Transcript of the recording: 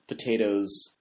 Potatoes